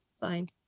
Fine